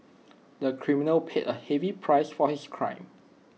the criminal paid A heavy price for his crime